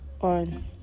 on